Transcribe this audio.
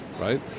right